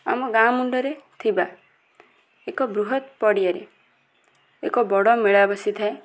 ଆମ ଗାଁ ମୁଣ୍ଡରେ ଥିବା ଏକ ବୃହତ୍ ପଡ଼ିଆରେ ଏକ ବଡ଼ ମେଳା ବସିଥାଏ